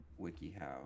WikiHow